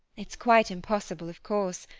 it's quite impossible, of course,